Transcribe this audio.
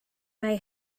may